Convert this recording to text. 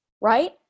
right